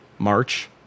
March